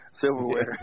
silverware